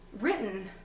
written